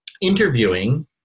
interviewing